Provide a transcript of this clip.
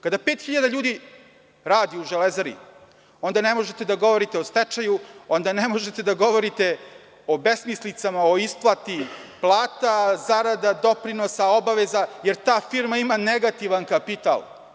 Kada 5.000 ljudi radi u „Železari“, onda ne možete da govorite o stečaju, onda ne možete da govorite o besmislicama, o isplati plata, zarada, doprinosa, obaveza, jer ta firma ima negativan kapital.